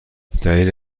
دلیل